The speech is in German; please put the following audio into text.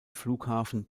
flughafen